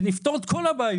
ואז נפתור את כל הבעיות.